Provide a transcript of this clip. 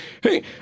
hey